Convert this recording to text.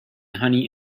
honey